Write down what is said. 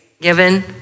given